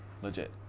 Legit